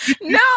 No